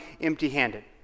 empty-handed